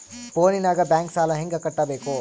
ಫೋನಿನಾಗ ಬ್ಯಾಂಕ್ ಸಾಲ ಹೆಂಗ ಕಟ್ಟಬೇಕು?